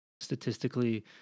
statistically